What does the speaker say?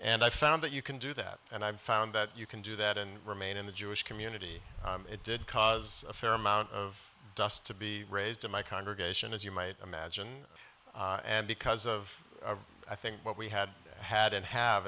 and i found that you can do that and i've found that you can do that and remain in the jewish community it did cause a fair amount of dust to be raised in my congregation as you might imagine and because of i think what we had had and have